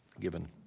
given